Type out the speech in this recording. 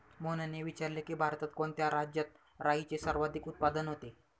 मोहनने विचारले की, भारतात कोणत्या राज्यात राईचे सर्वाधिक उत्पादन होते?